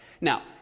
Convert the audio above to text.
Now